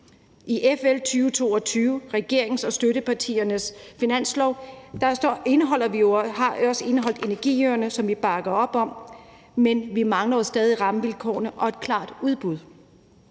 I FL 2022, regeringen og støttepartiernes finanslov, er også energiøerne, som vi bakker op om, indeholdt, men vi mangler jo stadig rammevilkårene og et klart udbud.